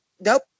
Nope